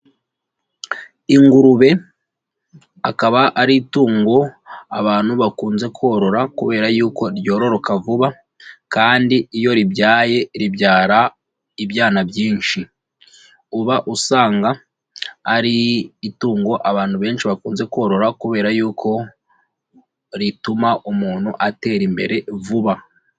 Ingurube akaba ari itungo abantu bakunze korora kubera y'uko ryororoka vuba kandi iyo ribyaye ribyara ibyana byinshi, uba usanga ari itungo abantu benshi bakunze korora kubera y'uko rituma umuntu atera imbere vuba.